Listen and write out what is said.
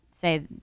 say